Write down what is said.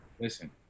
listen